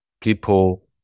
people